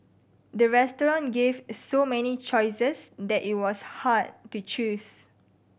the restaurant gave so many choices that it was hard to choose